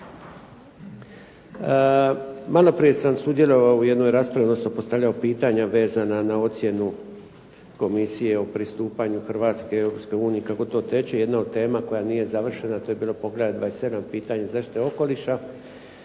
Malo prije sam sudjelovao u jednoj raspravi, odnosno postavljao pitanja vezana na ocjenu komisije o pristupanju Hrvatske Europskoj uniji, kako to teče. Jedna od tema koja nije bila završena, to je bilo poglavlje 27. pitanje zaštite okoliša